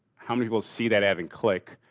how many people see that ad and click?